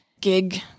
gig